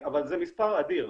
אבל זה מספר אדיר,